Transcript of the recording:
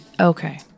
Okay